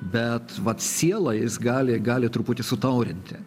bet vat siela jis gali gali truputį sutaurinti